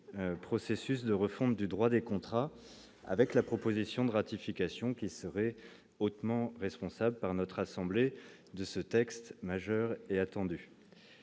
processus de refonte du droit des contrats avec la proposition de ratification qui serait hautement responsable par notre assemblée de ce texte majeur est attendu